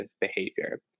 behavior